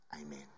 amen